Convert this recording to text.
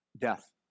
death